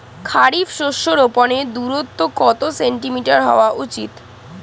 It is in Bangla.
খারিফ শস্য রোপনের দূরত্ব কত সেন্টিমিটার হওয়া উচিৎ?